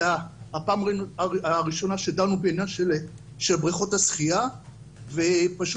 זאת הפעם הראשונה שדנו בעניין של בריכות השחייה ופשוט